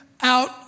out